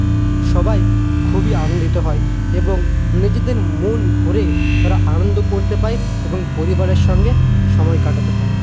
সবাই খুবই আনন্দিত হয় এবং নিজেদের মন ভরে তারা আনন্দ করতে পায় এবং পরিবারের সঙ্গে সময় কাটাতে পায়